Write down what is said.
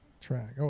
track